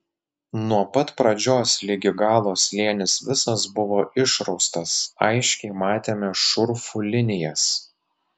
nuo pat pradžios ligi galo slėnis visas buvo išraustas aiškiai matėme šurfų linijas